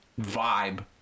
vibe